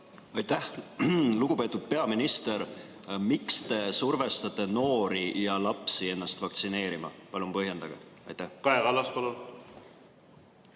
Aitäh! Lugupeetud peaminister! Miks te survestate noori ja lapsi ennast vaktsineerima? Palun põhjendage. Kaja Kallas, palun!